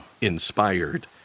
inspired